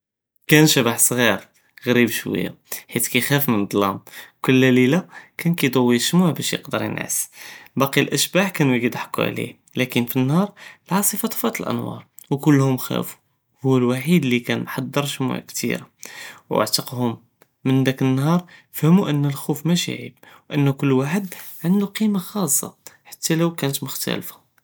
קאן שבח סג'יר גריב שוייה, חית קיחאפ מן א-זלאם, קול לילה קאן קידווי א-שמו בש מא יכדר ינעס, באקי אלאשבח קנו ידהקו עליו, לקין פי אלנהאר אלעספה טפת אלאנואר, וכוללהם חאפאו, הו האלוואד לי קאן מח'דר שמוא כ'תיר ועתקוהם, מן דאק אלנהאר פהמוו אנו אלכופ מאשי עייב, ו אן קול ואחד ענדו קימה חאסה חתא לו קנת מוכתלפה.